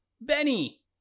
Benny